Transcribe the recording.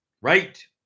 right